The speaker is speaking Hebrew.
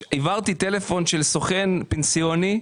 העברתי טלפון של סוכן פנסיוני,